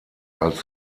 als